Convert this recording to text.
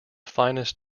finest